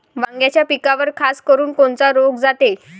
वांग्याच्या पिकावर खासकरुन कोनचा रोग जाते?